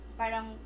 parang